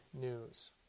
news